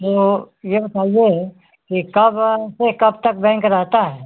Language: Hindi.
तो यह बताइए कि कब से कब तक बैंक रहता है